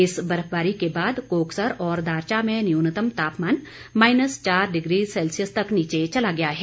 इस बर्फबारी के बाद कोक्सर और दारचा में न्यून्तम तापमान माइनस चार डिग्री सेल्सियस तक नीचे चला गया है